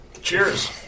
Cheers